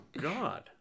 God